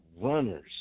runners